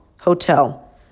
Hotel